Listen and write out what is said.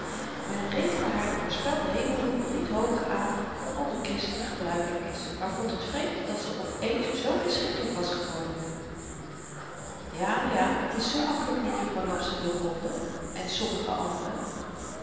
men rekende haar den voorspelden hemelwoeker niet hooger aan dan onder christenen gebruikelyk is maar vond het vreemd dat ze op eens zoo inschikkelyk was geworden ja ja t is zoo makkelyk niet juffrouw laps te doorgronden en sommige anderen